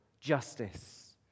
justice